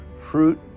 fruit